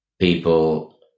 People